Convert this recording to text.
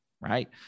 right